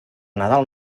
nadal